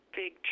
big